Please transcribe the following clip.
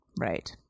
Right